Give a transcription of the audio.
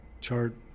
chart